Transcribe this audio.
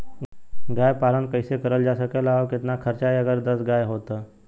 गाय पालन कइसे करल जा सकेला और कितना खर्च आई अगर दस गाय हो त?